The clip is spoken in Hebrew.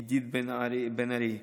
עידית בן ארי,